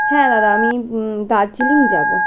হ্যাঁ দাদা আমি দার্জিলিং যাবো